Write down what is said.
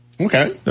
Okay